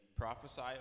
Prophesy